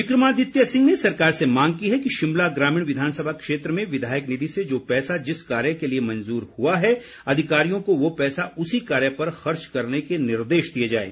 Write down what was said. विक्रमादित्य सिंह ने सरकार से मांग की है कि शिमला ग्रामीण विधानसभा क्षेत्र में विधायक निधि से जो पैसा जिस कार्य के लिए मंजूर हुआ है अधिकारियों को वो पैसा उसी कार्य पर खर्च करने के निर्देश दिए जाएं